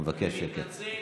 אני מבקש שקט.